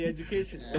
Education